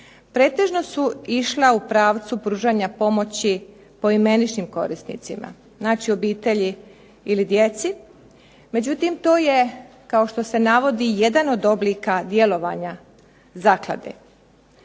pretežno su išla u pravcu pružanja pomoći poimeničnim korisnicima. Znači obitelji ili djeci. Međutim, to je jedan od oblika djelovanja zaklade.